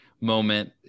moment